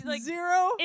Zero